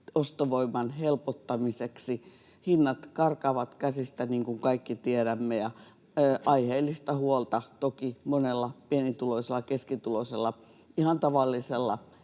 ostovoiman helpottamiseksi. Hinnat karkaavat käsistä, niin kuin kaikki tiedämme, ja aiheellista huolta toki monella pienituloisella, keskituloisella ihan tavallisella